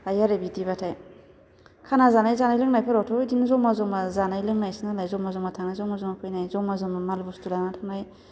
हायो आरो बिदिबाथाय खाना जानाय जानाय लोंनायफोरावथ' बिदिनो ज'मा ज'मा जानाय लोंनायसो नालाय ज'मा ज'मा थांनाय ज'मा ज'मा फैनाय ज'मा ज'मा माल बुस्थु लाना थांनाय